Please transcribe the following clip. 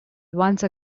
once